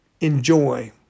enjoy